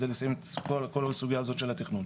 על מנת לסיים את כל הסוגיה הזו של התכנון.